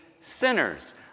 sinners